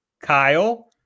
Kyle